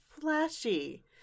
flashy